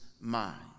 mind